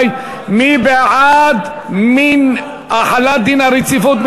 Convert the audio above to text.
מי בעד החלת דין הרציפות?